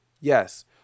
Yes